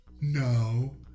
No